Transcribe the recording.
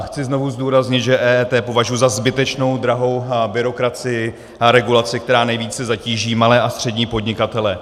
Chci znovu zdůraznit, že EET považuji za zbytečnou drahou byrokracii a regulaci, která nejvíce zatíží malé a střední podnikatele.